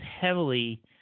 heavily